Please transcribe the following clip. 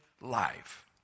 life